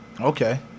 Okay